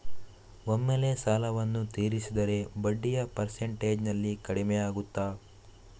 ಒಮ್ಮೆಲೇ ಸಾಲವನ್ನು ತೀರಿಸಿದರೆ ಬಡ್ಡಿಯ ಪರ್ಸೆಂಟೇಜ್ನಲ್ಲಿ ಕಡಿಮೆಯಾಗುತ್ತಾ?